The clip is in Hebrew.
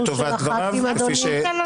חצי שעה